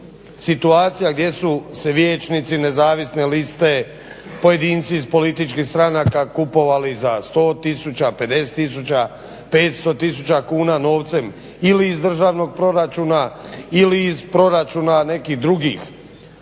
situacija gdje su se vijećnici nezavisne liste, pojedinci iz političkih stranaka kupovali za 100 tisuća, 50 tisuća, 500 tisuća kuna novcem ili iz državnog proračuna ili iz proračuna nekih drugih